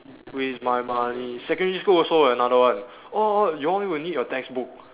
waste my money secondary school also another orh orh you all will need your textbook